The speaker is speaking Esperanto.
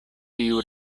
tiu